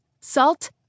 salt